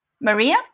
Maria